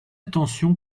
attention